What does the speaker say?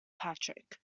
patrick